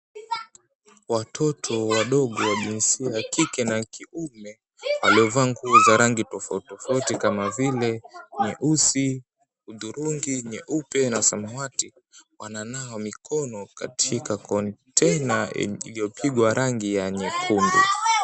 Watoto wadogo wa jinsia ya kike na kiume wamevaa nguo za rangi tofauti tofauti kama vile nyeusi, udhurungi, nyeupe na samawati wana nawa mikono katika konteina iliyopigwa rangi ya nyekundu.